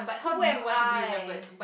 who am I